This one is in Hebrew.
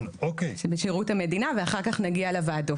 שבשירות המדינה ואחר כך נגיע לוועדות.